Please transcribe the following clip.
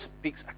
speaks